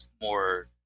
more